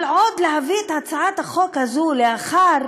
אבל להביא את הצעת החוק הזאת לאחר